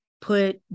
put